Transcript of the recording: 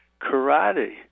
karate